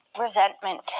resentment